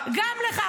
גם לך.